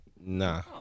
Nah